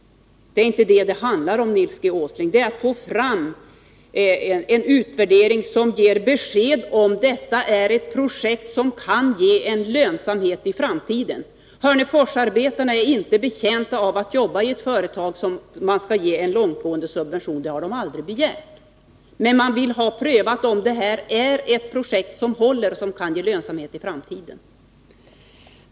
Det är inte det det handlar om, Nils G. Åsling! Det handlar om att få fram en utvärdering som ger besked i frågan, om detta är ett projekt som kan bli lönsamt i framtiden. Hörneforsarbetarna är inte betjänta av att jobba i ett företag som måste ges en långtgående subvention. Det har man > aldrig begärt. Men man vill ha prövat om det här är ett projekt som håller och som kan ge lönsamhet i framtiden.